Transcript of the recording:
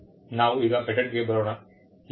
ನಾವು ಈಗ ಪೇಟೆಂಟ್ಗೆ ಬರೋಣ